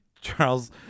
Charles